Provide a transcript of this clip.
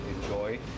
enjoy